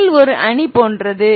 L ஒரு அணி போன்றது